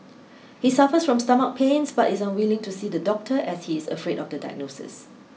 he suffers from stomach pains but is unwilling to see the doctor as he is afraid of the diagnosis